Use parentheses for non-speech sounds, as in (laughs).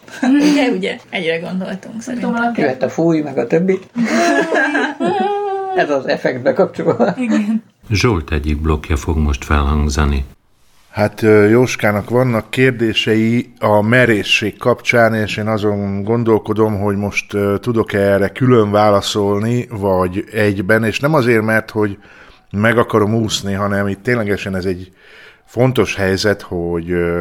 (laughs) Ugye, ugye? Egyre gondoltunk, szerintem. Jöhet a fúj, meg a többi. (laughs) Ez az effektbe kapcsolva. Igen. (laughs) Zsolt egyik blokkja fog most felhangzani. Hát, Jóskának vannak kérdései a merészség kapcsán, és én azon gondolkodom, hogy most, ö, tudok-e erre külön válaszolni, vagy egyben. És nem azért, mert hogy meg akarom úszni, hanem itt ténylegesen ez egy fontos helyzet, hogy, ö,